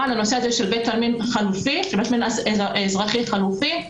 לנושא הזה של בית עלמין אזרחי חלופי.